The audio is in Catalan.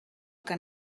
que